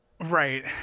Right